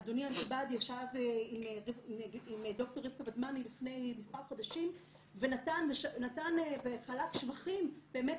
אדוני הנכבד ישב עם ד"ר רבקה ודמני לפני מספר חדשים וחלק שבחים באמת